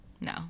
No